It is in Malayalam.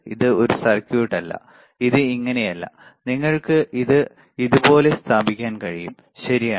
ഇത് ഒരു സർക്യൂട്ട് അല്ല ഇത് ഇങ്ങനെയല്ല നിങ്ങൾക്ക് ഇത് ഇതുപോലെ സ്ഥാപിക്കാൻ കഴിയും ശരിയാണ്